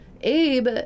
Abe